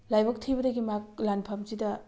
ꯂꯥꯏꯕꯛ ꯊꯤꯕꯗꯒꯤ ꯃꯍꯥꯛ ꯂꯥꯟꯐꯝꯁꯤꯗ